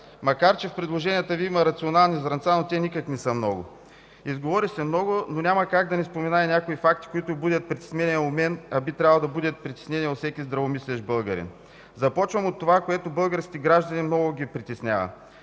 макар че в предложенията Ви има рационални зрънца, но те никак не са много. Изговори се много, но няма как да не спомена някои факти, които будят притеснения у мен, а би трябвало да будят притеснения у всеки здравомислещ българин. Започвам от това, което българските граждани много ги притеснява.